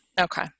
okay